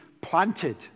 planted